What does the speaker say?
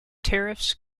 tariffs